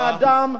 את בני-האדם,